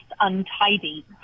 untidy